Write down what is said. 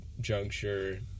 juncture